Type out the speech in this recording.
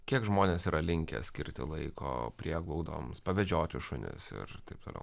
kiek žmonės yra linkę skirti laiko prieglaudoms pavedžioti šunis ir taip toliau